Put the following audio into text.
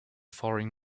faring